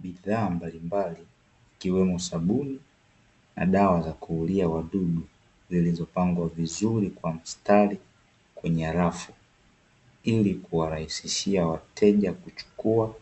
Bidhaa mbalimbali ikiwemo sabuni na dawa za kuulia wadudu zilizopangwa vizuri kwa mstari kwenye rafu, ili kuwarahisishia wateja kuchukua